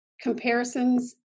comparisons